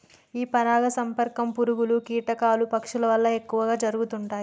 ఈ పరాగ సంపర్కం పురుగులు, కీటకాలు, పక్షుల వల్ల ఎక్కువ జరుగుతుంటాయి